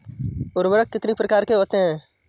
उर्वरक कितनी प्रकार के होते हैं?